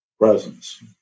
presence